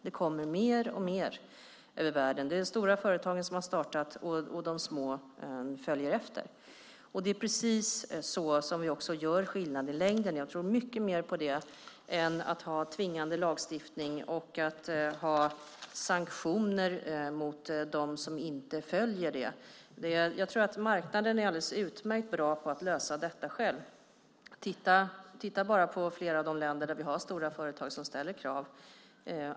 Det kommer alltmer över världen. Det är de stora företagen som har startat, och de små följer efter. Det är precis så som vi gör skillnad i längden. Jag tror mycket mer på det än att ha tvingande lagstiftning och sanktioner mot dem som inte följer den. Jag tror att marknaden är alldeles utmärkt bra på att lösa detta själv. Titta bara på flera av de länder där vi har flera stora företag som ställer krav.